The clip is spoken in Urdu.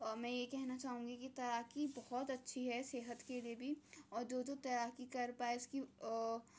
میں یہ کہنا چاہوں گی کہ تیراکی بہت اچھی ہے صحت کے لیے بھی اور جو جو تیراکی کر پائے اس کی